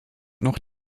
noch